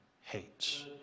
hates